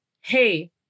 hey